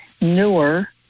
newer